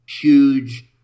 huge